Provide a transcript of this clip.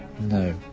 No